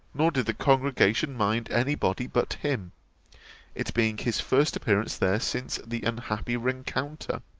nor did the congregation mind any body but him it being his first appearance there since the unhappy rencounter.